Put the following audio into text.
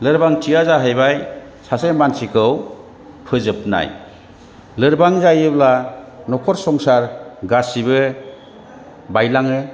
लोरबांथिया जाहैबाय सासे मानसिखौ फोजोबनाय लोरबां जायोब्ला न'खर संसार गासैबो बायलाङो